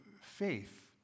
faith